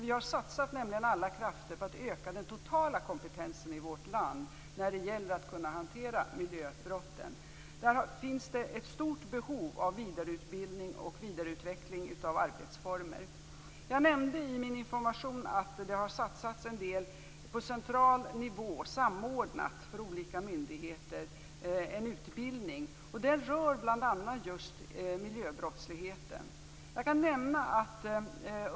Vi har satsat alla krafter på att öka den totala kompetensen i vårt land när det gäller att kunna hantera miljöbrotten. Det finns ett stort behov av vidareutbildning och vidareutveckling av arbetsformer. Jag nämnde i min information att det har satsats en del samordnat på central nivå för utbildning hos olika myndigheter. Det rör bl.a. just miljöbrottsligheten.